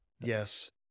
Yes